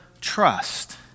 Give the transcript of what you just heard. trust